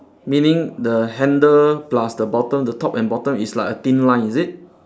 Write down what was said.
meaning the handle plus the bottom the top and bottom is like a thin line is it